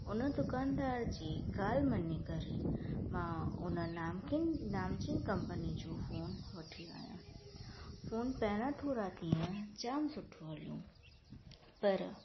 हुन दुकानदार जी ॻाल्हि मञी करे मां हुन नामकिन नामचीन कंपनी जो फ़ोन वठी आयमि फ़ोन पहिरां थोरा ॾींहं जाम सुठो हलियो पर